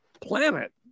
planet